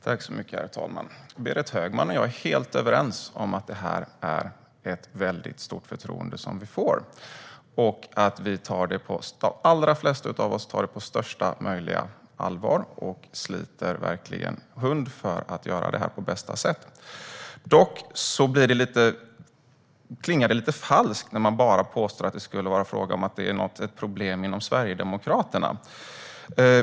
Herr talman! Berit Högman och jag är helt överens om att det är ett väldigt stort förtroende vi får. De allra flesta av oss tar det också på största möjliga allvar och sliter verkligen hund för att göra detta på bästa sätt. Det klingar dock lite falskt när man påstår att det bara skulle vara ett problem inom Sverigedemokraterna.